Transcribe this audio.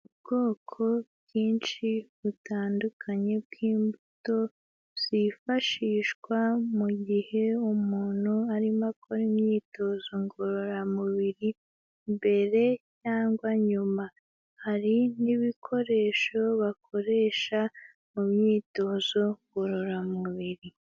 Ubwoko bwinshi butandukanye bw'imbuto zifashishwa mu gihe umuntu arimo akora imyitozo ngororamubiri mbere cyangwa nyuma, hari n'ibikoresho bakoresha mu myitozo ngororamubiri.